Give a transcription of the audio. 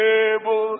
able